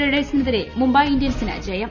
റൈഡേഴ്സിനെതിരെ മുംബൈ ഇന്ത്യൻസിന് ജയം